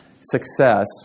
success